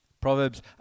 Proverbs